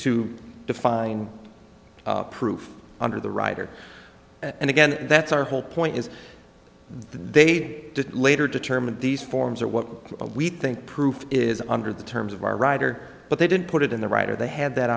to define proof under the writer and again that's our whole point is they need to later determine these forms are what we think proof is under the terms of our writer but they didn't put it in the writer they had that